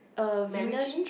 MacRitchie